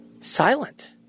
silent